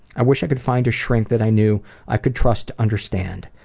i wish i could find a shrink that i knew i could trust to understand.